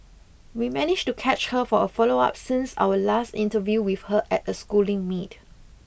we managed to catch her for a follow up since our last interview with her at a Schooling meet